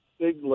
big